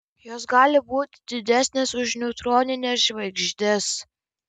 jos gali būti didesnės už neutronines žvaigždes